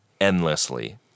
endlessly